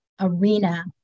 arena